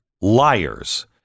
liars